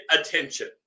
attention